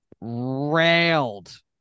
railed